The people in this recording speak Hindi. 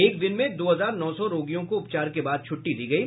एक दिन में दो हजार नौ सौ रोगियों को उपचार के बाद छुट्टी दी गयी